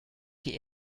die